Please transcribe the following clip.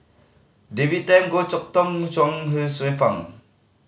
David Tham Goh Chok Tong Chuang Hsueh Fang